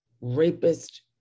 rapist